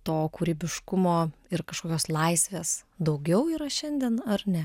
to kūrybiškumo ir kažkokios laisvės daugiau yra šiandien ar ne